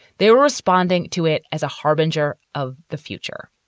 they were responding to it as a harbinger of the future.